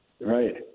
Right